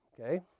okay